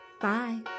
Bye